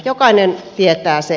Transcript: jokainen tietää sen